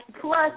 plus